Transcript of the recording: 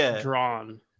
drawn